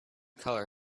color